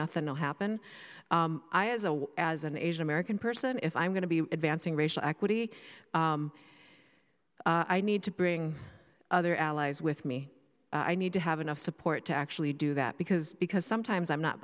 nothing will happen i as a as an asian american person if i'm going to be advancing racial equity i need to bring other allies with me i need to have enough support to actually do that because because sometimes i'm not